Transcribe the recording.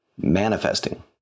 manifesting